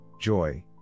joy